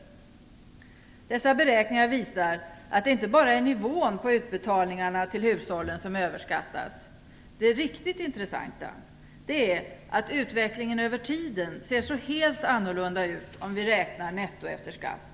Dessa beräkningar visar att det inte bara är nivån på utbetalningarna till hushållen som överskattats. Det riktigt intressanta är att utvecklingen över tiden ser så helt annorlunda ut när vi räknar netto efter skatt.